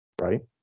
right